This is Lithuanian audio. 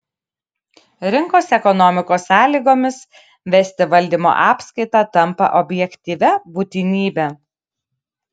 rinkos ekonomikos sąlygomis vesti valdymo apskaitą tampa objektyvia būtinybe